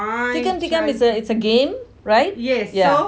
tikam tikam is a is a game right yeah